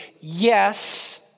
Yes